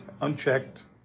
unchecked